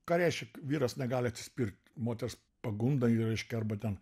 ką reiškia vyras negali atsispirt moters pagundai ir reiškia arba ten